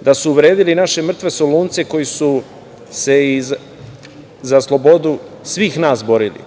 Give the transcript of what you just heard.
da su uvredili naše mrtve Solunce koji su se za slobodu svih nas borili,